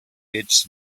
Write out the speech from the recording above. its